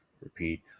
repeat